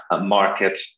market